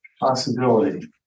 possibility